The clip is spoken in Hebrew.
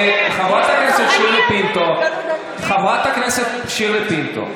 חברת הכנסת שירלי פינטו,